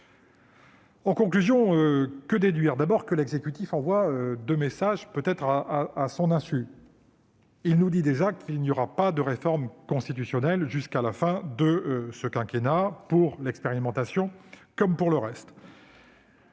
En conclusion, que déduire ? D'abord, par ce texte, l'exécutif envoie deux messages, peut-être à son insu. Il nous annonce qu'il n'y aura pas de révision constitutionnelle jusqu'à la fin du quinquennat, pour l'expérimentation comme pour le reste.